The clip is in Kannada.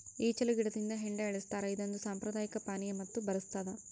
ಈಚಲು ಗಿಡದಿಂದ ಹೆಂಡ ಇಳಿಸ್ತಾರ ಇದೊಂದು ಸಾಂಪ್ರದಾಯಿಕ ಪಾನೀಯ ಮತ್ತು ಬರಸ್ತಾದ